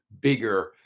bigger